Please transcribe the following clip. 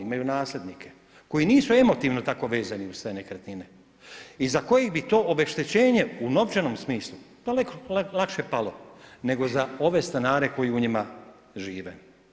Imaju nasljednike koji nisu tako emotivno vezani uz te nekretnine i za kojih bi to obeštećenje u novčanom smislu daleko lakše palo, nego za ove stanare koji u njima žive.